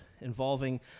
involving